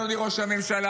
אדוני ראש הממשלה,